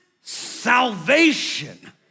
salvation